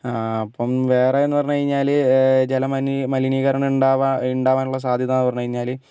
അപ്പം വേറെയെന്ന് പറഞ്ഞുകഴിഞ്ഞാൽ ജലമനി ജലമലിനീകരണം ഉണ്ടാവാൻ ഉണ്ടാവാനുള്ള സാധ്യത പറഞ്ഞുകഴിഞ്ഞാൽ